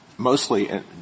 Mostly